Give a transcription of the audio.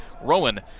Rowan